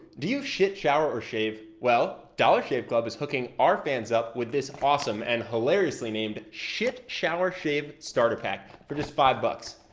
do you shit, shower or shave? well, dollar shave club is hooking our fans up with this awesome and hilariously named shit, shower, shave starter pack for just five bucks.